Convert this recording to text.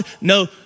No